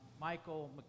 Michael